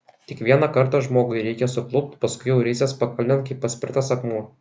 tik vieną kartą žmogui reikia suklupt paskui jau risies pakalnėn kaip paspirtas akmuo